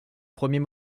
premier